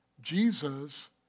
Jesus